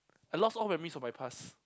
I lost all memories of my past